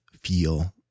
feel